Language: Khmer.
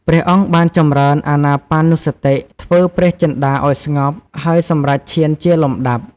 ព្រះអង្គបានចំរើនអានាបានុស្សតិ ធ្វើព្រះចិន្តាឲ្យស្ងប់ ហើយសម្រេចឈានជាលំដាប់។